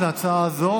לייצר חקיקה והסדר כזה,